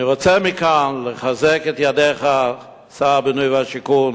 אני רוצה מכאן לחזק את ידיכם, שר הבינוי והשיכון